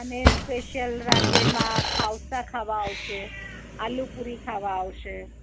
અને સ્પેશિયલ રાંદેરમાં ખાઉસા ખાવા આવશે આલુ પૂરી ખાવા આવશે